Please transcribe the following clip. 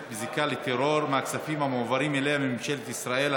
בזיקה לטרור מהכספים המועברים אליה מממשלת ישראל,